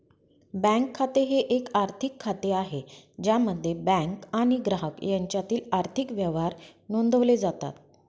bank खाते हे एक आर्थिक खाते आहे ज्यामध्ये बँक आणि ग्राहक यांच्यातील आर्थिक व्यवहार नोंदवले जातात